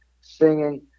singing